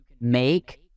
make